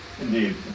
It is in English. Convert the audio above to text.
Indeed